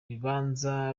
bibanza